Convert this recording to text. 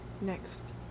next